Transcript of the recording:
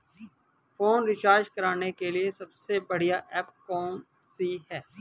Phone recharge करने के लिए सबसे बढ़िया ऐप कौन सी है?